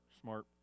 smart